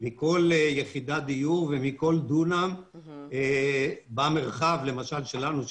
מכל יחידת דיור ומכל דונם במרחב למשל שלנו,